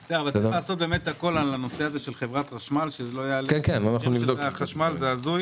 אבל צריך לעשות הכול כדי שזה לא יגרום לעליית מחירים בחשמל.